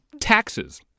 Taxes